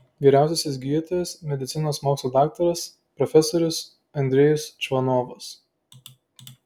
vyriausiasis gydytojas medicinos mokslų daktaras profesorius andrejus čvanovas